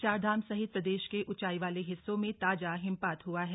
चारधाम सहित प्रदेश के ऊंचाई वाले हिस्सों में ताजा हिमपात हुआ है